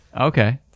okay